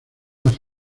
las